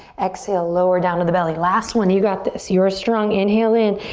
exhale, lower down to the belly. last one, you got this. you are strong. inhale in.